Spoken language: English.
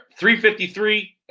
353